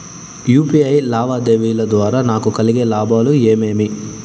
UPI లావాదేవీల ద్వారా నాకు కలిగే లాభాలు ఏమేమీ?